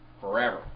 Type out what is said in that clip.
forever